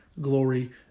Glory